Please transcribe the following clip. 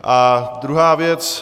A druhá věc.